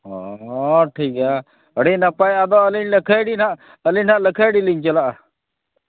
ᱚᱼᱦᱚ ᱴᱷᱤᱠ ᱜᱮᱭᱟ ᱟᱹᱰᱤ ᱱᱟᱯᱟᱭ ᱟᱫᱚ ᱟᱹᱞᱤᱧ ᱞᱟᱹᱠᱷᱟᱹᱭᱰᱤ ᱱᱟᱦᱟᱜ ᱟᱹᱞᱤᱧ ᱦᱟᱸᱜ ᱞᱟᱹᱠᱷᱟᱹᱰᱤᱞᱤᱧ ᱪᱟᱞᱟᱜᱼᱟ